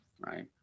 right